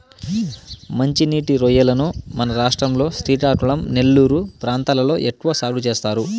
మంచి నీటి రొయ్యలను మన రాష్ట్రం లో శ్రీకాకుళం, నెల్లూరు ప్రాంతాలలో ఎక్కువ సాగు చేస్తారు